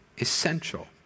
essential